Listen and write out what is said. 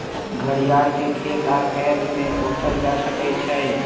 घरियार के खेत आऽ कैद में पोसल जा सकइ छइ